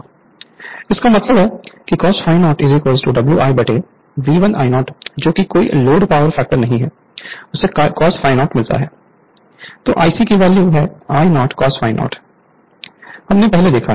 Refer Slide Time 0929 इसका मतलब है कि cos ∅0 WiV1 I0 जो कि कोई लोड पावर फैक्टर नहीं है उससे cos ∅0 मिलता है तो Ic की वैल्यू I0 cos ∅0 है हमने पहले देखा है